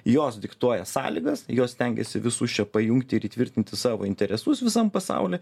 jos diktuoja sąlygas jos stengiasi visus čia pajungti ir įtvirtinti savo interesus visam pasauly